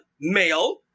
male